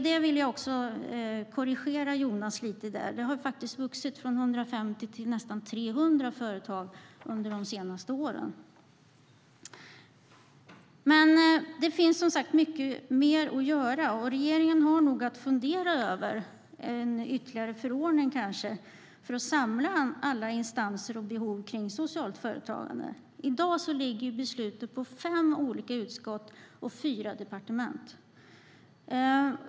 Där vill jag lite grann korrigera Jonas Eriksson. Under de senaste åren har det faktiskt skett en ökning från 150 företag till nästan 300 företag. Det finns, som sagt, mycket mer att göra. Regeringen har nog att fundera över ytterligare en förordning för att samla alla instanser och behov kring socialt företagande. I dag ligger besluten på fem olika utskott och fyra departement.